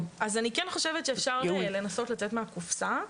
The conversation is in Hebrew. אז, אני כן חושבת שאפשר לנסות לצאת מהקופסא.